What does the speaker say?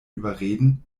überreden